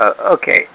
Okay